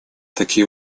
такие